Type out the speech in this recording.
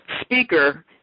speaker